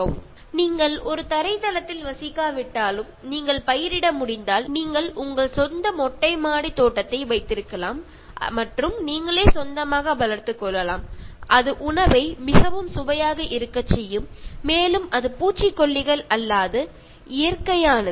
Refer Slide Time 2339 நீங்கள் ஒரு தரை தளத்தில் வசிக்காவிட்டாலும் நீங்கள் பயிரிட முடிந்தால் நீங்கள் உங்கள் சொந்த மொட்டை மாடி தோட்டத்தை வைத்திருக்கலாம் மற்றும் நீங்களே சொந்தமாக வளர்த்துக் கொள்ளலாம் அது உணவை மிகவும் சுவையாக இருக்கச் செய்யும் மேலும் அது பூச்சிக்கொல்லிகள் இல்லாத இயற்கையானது